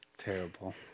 Terrible